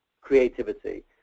creativity